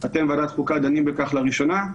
אתם ועדת החוקה דנים בכך לראשונה.